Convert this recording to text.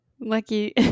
Lucky